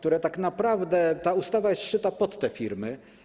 Tak naprawdę ta ustawa jest szyta pod te firmy.